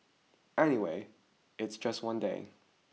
anyway it's just one day